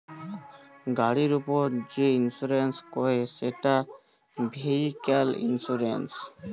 গাড়ির উপর যে ইন্সুরেন্স করে সেটা ভেহিক্যাল ইন্সুরেন্স